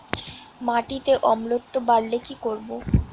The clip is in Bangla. মাটিতে অম্লত্ব বাড়লে কি করব?